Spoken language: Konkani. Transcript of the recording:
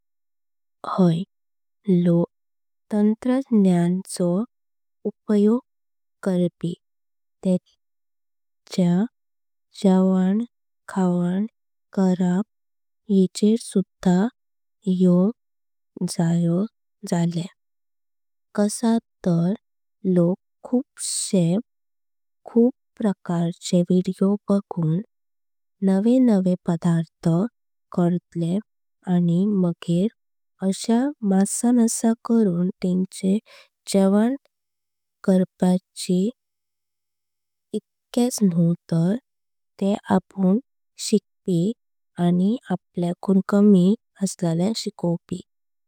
हे लोक तंत्रज्ञानचो उपयोग करपी तेच्यो। जेवण खावण करप येचर सुधार येऊँक जायो जल्य। कसा तर लोक खूप शे खूप प्रकारचे व्हिडिओ बघून। नवे नवे पदार्थ करतले आणि मगे अशे मसा मसा। करून तेंचि जेवण करपाचि इतक्याच न्हू। तर ते अपुण शिकपिय आणि आमच्या कुण। कमी असलयांक शिकवपिय।